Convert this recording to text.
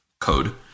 code